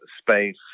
space